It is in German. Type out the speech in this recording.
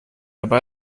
aber